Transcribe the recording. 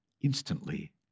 instantly